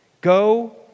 Go